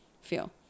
feel